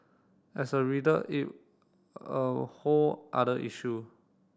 as a reader it a whole other issue